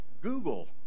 Google